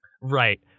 Right